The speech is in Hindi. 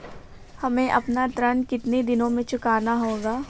हमें अपना ऋण कितनी दिनों में चुकाना होगा?